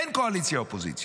אין קואליציה אופוזיציה.